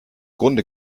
grunde